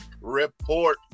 report